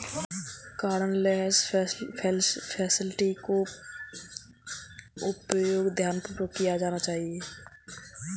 cardless facility का उपयोग ध्यानपूर्वक किया जाना चाहिए